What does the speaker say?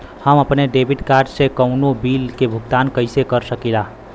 हम अपने debit card से कउनो बिल के भुगतान कइसे कर सकीला?